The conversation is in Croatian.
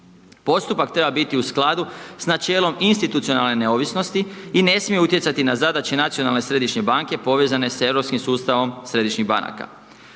Postupak treba biti u skladu s načelom institucionalne neovisnosti i ne smije utjecati na zadaće Nacionalne središnje banke, povezanim sa europskim sustavom središnjih banaka.